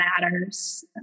matters